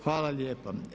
Hvala lijepa.